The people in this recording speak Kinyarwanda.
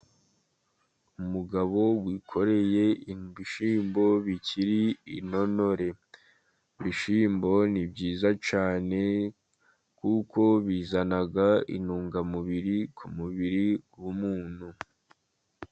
Umugabo wikoreye ibishyimbo bikiri intonore, ibishyimbo ni byiza cyane kuko bizana intungamubiri ku mubiri w'umuntu.